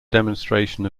demonstration